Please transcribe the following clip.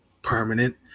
permanent